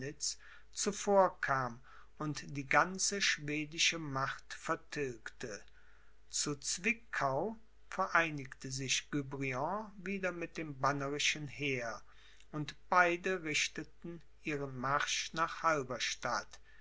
zuvor kam und die ganze schwedische macht vertilgte zu zwickau vereinigte sich guebriant wieder mit dem bannerischen heer und beide richteten ihren marsch nach